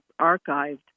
archived